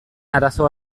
arazo